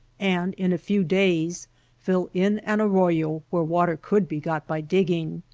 and in a few days fill in an arroyo where water could be got by digging.